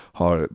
har